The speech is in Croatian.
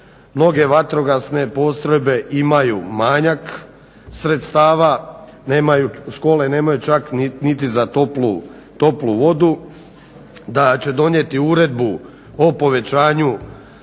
mnoge vatrogasne postrojbe imaju manjak sredstava, škole nemaju čak niti za toplu vodu, da će donijeti uredbu o povećanju